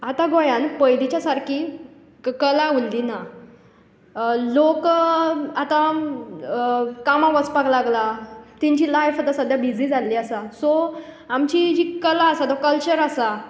आतां गोंयान पयलींच्या सारकी क कला उल्ली ना लोक आतां कामाक वचपाक लागला तेंची लायफ आतां सद्या बिझी जाल्ली आसा सो आमची जी कला आसा तो कल्चर आसा